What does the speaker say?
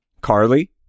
Carly